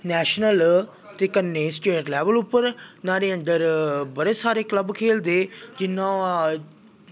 national ते कन्नै state level उप्पर नाह्ड़े अंदर बड़े सारे कल्ब खेलदे जि'यां